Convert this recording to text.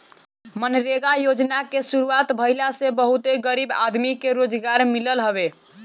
मनरेगा योजना के शुरुआत भईला से बहुते गरीब आदमी के रोजगार मिलल हवे